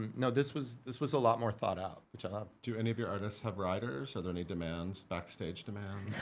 and no, this was this was a lot more thought out, which i loved. do any of your artists have writers, are there any demands, backstage demands?